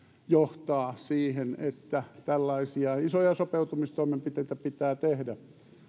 johtaa siihen että tällaisia isoja sopeutumistoimenpiteitä pitää tehdä